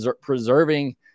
preserving